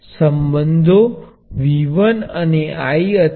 આ પ્રમાણે તે એકલા રેઝિસ્ટર નું આચરણ હશે